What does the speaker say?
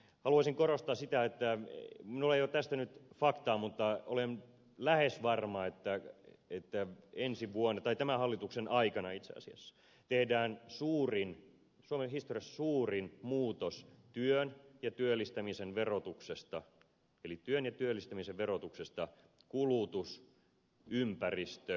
haluaisin korostaa sitä minulla ei ole tästä nyt faktaa mutta olen lähes varma että tämän hallituksen aikana itse asiassa tehdään suurin suomen historiassa suurin muutos työn ja työllistämisen verotuksesta kulutus ympäristö ja haittaveroihin